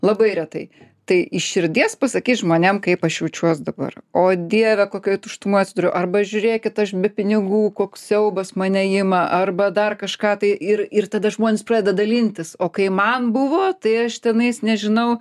labai retai tai iš širdies pasakyt žmonėm kaip aš jaučiuos dabar o dieve kokioj tuštumoj atsiduriu arba žiūrėkit aš be pinigų koks siaubas mane ima arba dar kažką tai ir ir tada žmonės pradeda dalintis o kai man buvo tai aš tenais nežinau